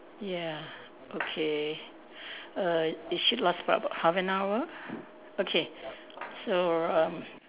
ya okay err it should last about half an hour okay so uh